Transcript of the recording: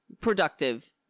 productive